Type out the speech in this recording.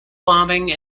bombing